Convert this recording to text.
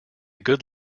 good